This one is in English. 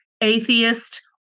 atheist